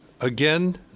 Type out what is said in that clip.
Again